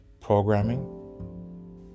programming